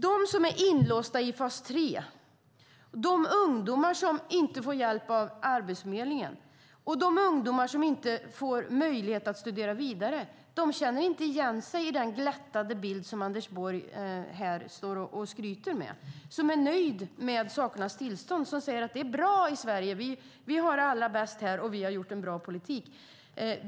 De som är inlåsta i fas 3, de ungdomar som inte får hjälp av Arbetsförmedlingen och de ungdomar som inte får möjlighet att studera vidare känner inte igen sig i den glättade bild som Anders Borg här målar upp och skryter med. Han är nöjd med sakernas tillstånd och säger att det är bra i Sverige, att man har det allra bäst här och att regeringen har en bra politik.